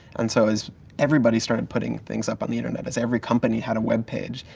and so as everybody started putting things up on the internet, as every company had a webpage,